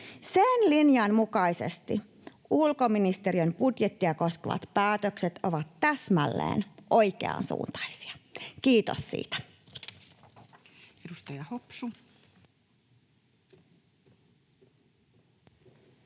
Sen linjan mukaisesti ulkoministeriön budjettia koskevat päätökset ovat täsmälleen oikeansuuntaisia. — Kiitos siitä.